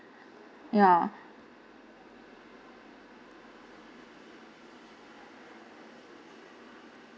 ya